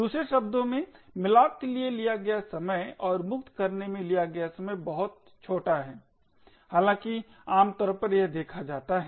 दूसरे शब्दों में malloc के लिए लिया गया समय और मुक्त करने में लिया गया समय बेहद छोटा है हालांकि आमतौर पर यह देखा जाता है